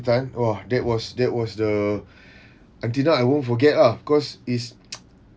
time !wah! that was that was the until now I won't forget ah because is